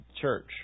church